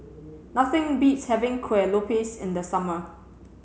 nothing beats having Kueh Lopes in the summer